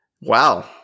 Wow